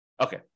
Okay